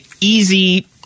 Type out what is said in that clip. easy